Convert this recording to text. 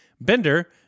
Bender